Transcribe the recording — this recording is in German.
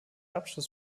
abschluss